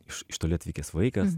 iš iš toli atvykęs vaikas